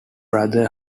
brother